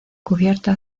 cubierta